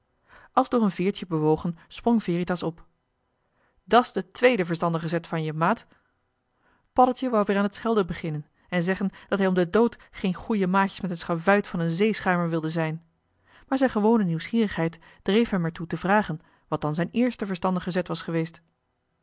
als door een veertje bewogen sprong veritas op dàt s de tweede verstandige zet van je maat paddeltje wou weer aan t schelden beginnen en zeggen dat hij om den dood geen goeie maatjes met een schavuit van een zeeschuimer wilde zijn maar zijn gewone nieuwsgierigheid dreef hem er toe te vragen wat dan zijn eerste verstandige zet was geweest